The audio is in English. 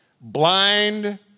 Blind